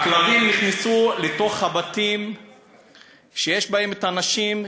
הכלבים נכנסו לתוך הבתים שבהם היו הנשים,